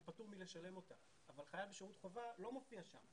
הוא פטור מלשלם אותה אבל חייל בשירות חובה לא מופיע שם.